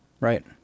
right